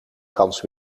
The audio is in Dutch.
kans